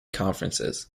conferences